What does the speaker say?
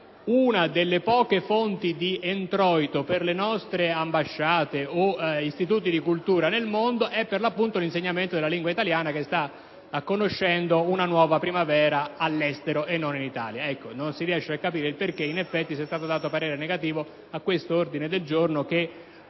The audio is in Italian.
una delle poche fonti di introito per le nostre ambasciate o istituti di cultura nel mondo è per l'appunto l'insegnamento della lingua italiana, che sta conoscendo una nuova primavera, all'estero e non in Italia. Non si riesce dunque a comprendere il motivo per cui sia stato espresso parere negativo su questo ordine del giorno, che